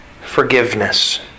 forgiveness